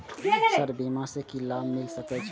Sir बीमा से की लाभ मिल सके छी?